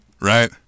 right